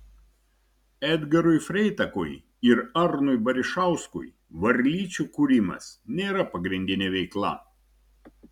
edgarui freitakui ir arnui barišauskui varlyčių kūrimas nėra pagrindinė veikla